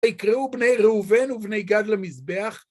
יקראו בני ראובן ובני גד למזבח.